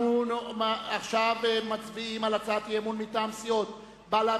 אנחנו עכשיו מצביעים על הצעת אי-אמון מטעם סיעות בל"ד,